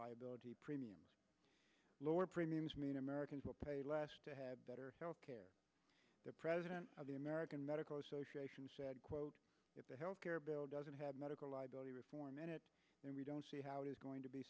liability premiums lower premiums mean americans will pay less to have better health care the american medical association said quote if the health care bill doesn't have medical liability reform in it then we don't see how it is going to be